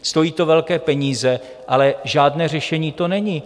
Stojí to velké peníze, ale žádné řešení to není.